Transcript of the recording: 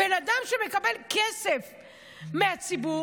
בן אדם שמקבל כסף מהציבור,